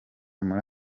muri